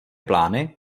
plány